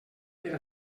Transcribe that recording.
per